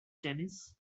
tennis